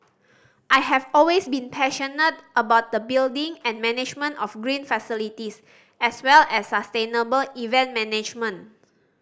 I have always been passionate about the building and management of green facilities as well as sustainable event management